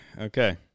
Okay